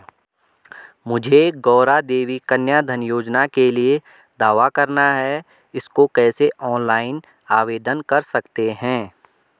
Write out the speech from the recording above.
मुझे गौरा देवी कन्या धन योजना के लिए दावा करना है इसको कैसे ऑनलाइन आवेदन कर सकते हैं?